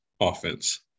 offense